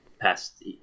past